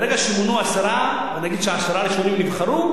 ברגע שמונו עשרה, ונאמר שהעשרה הראשונים נבחרו,